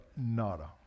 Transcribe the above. Nada